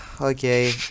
Okay